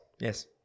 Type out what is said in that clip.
Yes